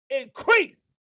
increase